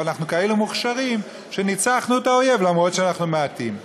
אבל אנחנו כאלה מוכשרים שניצחנו את האויב למרות שאנחנו מעטים.